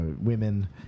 women